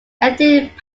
ethnic